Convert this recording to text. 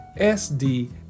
sd